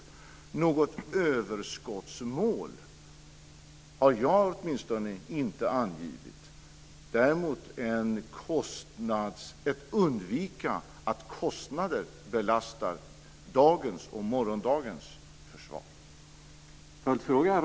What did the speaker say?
Något överskottsmål har åtminstone inte jag angivit. Däremot har jag sagt att man ska undvika kostnader som belastar dagens och morgondagens försvar.